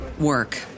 work